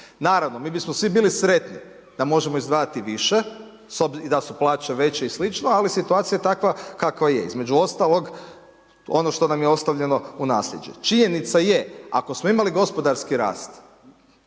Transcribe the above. Naravno, mi bismo svi bili sretni da možemo izdvajati više i da su plaće veće i slično, ali situacija je takva kakva je, između ostalog ono što nam je ostavljeno u nasljeđe. Činjenica je, ako smo imali gospodarski rast